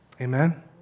Amen